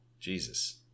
Jesus